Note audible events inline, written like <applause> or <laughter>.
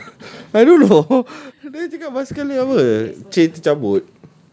<laughs> I don't know tadi you cakap basikal dia apa chain tercabut